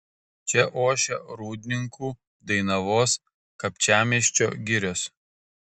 čia ošia rūdninkų dainavos kapčiamiesčio girios